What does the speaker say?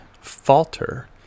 falter